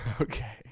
Okay